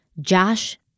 Josh